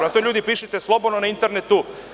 Ljudi pišite slobodno na internetu.